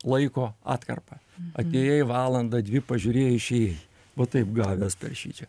laiko atkarpą atėjai valandą dvi pažiūrėjai išėjai va taip gavęs per šičia